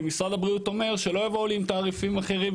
משרד הבריאות אומר שלא יהיו תעריפים אחרים,